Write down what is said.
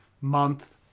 month